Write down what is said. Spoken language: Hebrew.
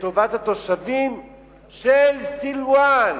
לטובת התושבים של סילואן,